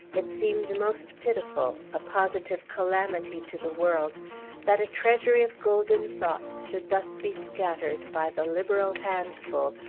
it seemed most pitiful a positive calamity to the world that a treasury of golden thoughts should thus be scattered, by the liberal handful,